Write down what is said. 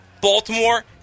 Baltimore